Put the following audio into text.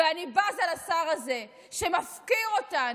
אני בזה לשר הזה, שמפקיר אותנו,